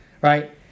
Right